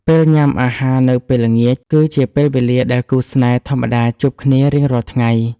ពេលញ៉ាំអាហារនៅពេលល្ងាចគឺជាពេលដែលគូស្នេហ៍ធម្មតាជួបគ្នារៀងរាល់ថ្ងៃ។